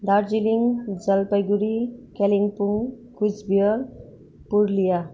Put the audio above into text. Darjeeling Jalpaiguri Kalimpong Cooch Behar Purulia